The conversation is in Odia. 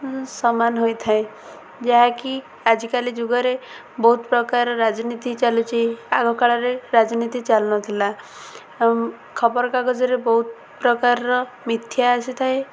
ସମାନ ହୋଇଥାଏ ଯାହାକି ଆଜିକାଲି ଯୁଗରେ ବହୁତ ପ୍ରକାର ରାଜନୀତି ଚାଲୁଛି ଆଗ କାଳରେ ରାଜନୀତି ଚାଲୁନଥିଲା ଖବରକାଗଜରେ ବହୁତ ପ୍ରକାରର ମିଥ୍ୟା ଆସିଥାଏ